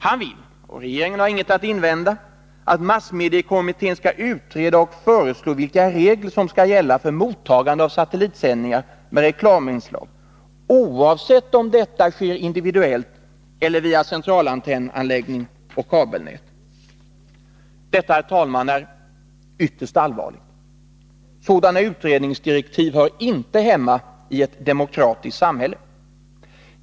Han vill, och regeringen har intet att invända, att massmediekommittén skall utreda och föreslå vilka regler som skall gälla för mottagande av satellitsändningar med reklaminslag, oavsett om detta sker individuellt eller via centralantennanläggning och kabelnät. Detta, herr talman, är ytterst allvarligt. Sådana utredningsdirektiv hör inte hemma i ett demokratiskt samhälle.